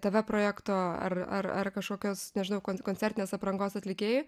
tv projekto ar ar ar kažkokios nežinau koncertinės aprangos atlikėjui